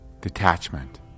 detachment